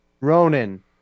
Ronan